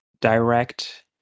Direct